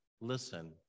listen